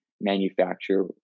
manufacture